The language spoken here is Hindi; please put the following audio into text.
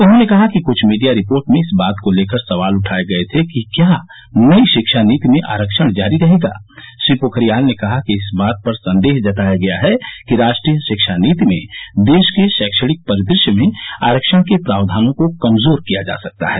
उन्होंने कहा कि क्छ मीडिया रिपोर्ट में इस बात को लेकर सवाल उठाये गये थे कि क्या नई शिक्षा नीति में आरक्षण जारी रहेगा श्री पोखरियाल ने कहा कि इस बात पर संदेह जताया गया है कि राष्ट्रीय शिक्षा नीति में देश के शैक्षणिक परिद श्य में आरक्षण के प्रावधानों को कमजोर किया जा सकता है